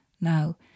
Now